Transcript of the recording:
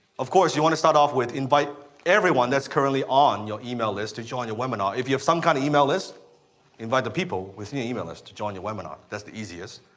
of course you want to start off with invite everyone that's currently on your email list to join your webinar. if you have some kind of email list invite the people within your email list to join your webinar. that's the easiest.